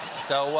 so